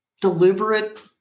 deliberate